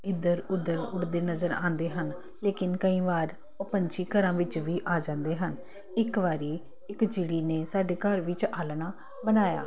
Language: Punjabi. ਇੱਧਰ ਉੱਧਰ ਉੱਡਦੇ ਨਜ਼ਰ ਆਉਂਦੇ ਹਨ ਲੇਕਿਨ ਕਈ ਵਾਰ ਉਹ ਪੰਛੀ ਘਰਾਂ ਵਿੱਚ ਵੀ ਆ ਜਾਂਦੇ ਹਨ ਇੱਕ ਵਾਰੀ ਇੱਕ ਚਿੜੀ ਨੇ ਸਾਡੇ ਘਰ ਵਿੱਚ ਆਲ੍ਹਣਾ ਬਣਾਇਆ